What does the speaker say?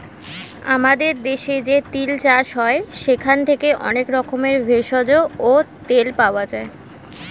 আমাদের দেশে যে তিল চাষ হয় সেখান থেকে অনেক রকমের ভেষজ ও তেল পাওয়া যায়